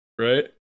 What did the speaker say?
Right